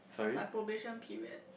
like probation period